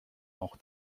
auch